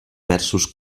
versos